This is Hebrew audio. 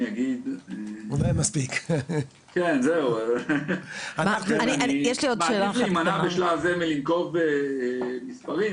אני מעדיף להימנע בשלב זה לנקוב במספרים.